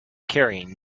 carrying